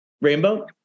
Rainbow